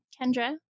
Kendra